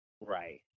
Right